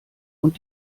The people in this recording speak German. und